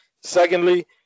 Secondly